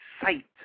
sight